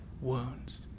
wounds